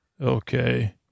Okay